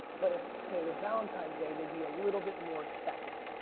but if today was valentine's day, they'd be a little bit more expected.